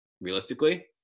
Realistically